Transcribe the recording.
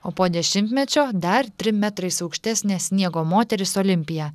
o po dešimtmečio dar trim metrais aukštesnė sniego moteris olimpija